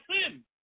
sin